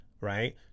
right